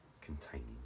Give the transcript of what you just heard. containing